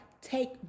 take